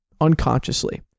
unconsciously